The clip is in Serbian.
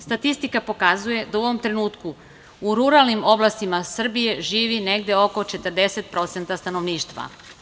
Statistika pokazuje da u ovom trenutku u ruralnim oblastima Srbije živi negde oko 40% stanovništva.